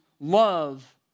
love